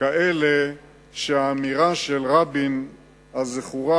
כאלה שהאמירה של רבין הזכורה,